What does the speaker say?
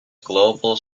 global